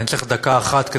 אני צריך דקה אחת,